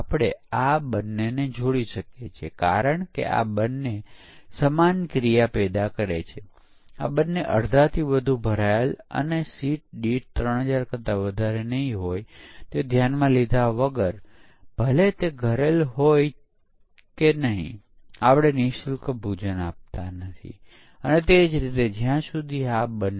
આપણે જાણીએ છીએ કે તકનીકી કાર્ય કરે છે સોલ્યુશન કાર્ય કરે છે અને આપણે ફક્ત એક અલગ પરિસ્થિતિમાં વિકાસ કરવાનો પ્રયાસ કરી રહ્યા છીએ